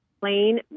plain